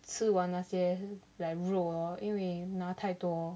吃完那些 like 肉哦因为拿太多